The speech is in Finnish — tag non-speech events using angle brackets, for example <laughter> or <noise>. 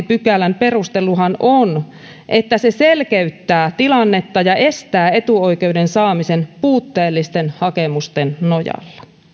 <unintelligible> pykälän perusteluhan on että se selkeyttää tilannetta ja estää etuoikeuden saamisen puutteellisten hakemusten nojalla